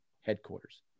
headquarters